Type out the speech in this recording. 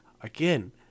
Again